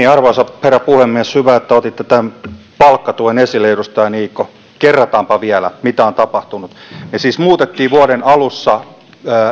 arvoisa herra puhemies hyvä että otitte tämän palkkatuen esille edustaja niikko kerrataanpa vielä mitä on tapahtunut me siis muutimme vuoden alussa